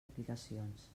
aplicacions